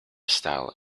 style